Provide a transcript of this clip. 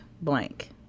blank